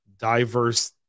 diverse